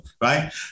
right